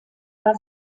war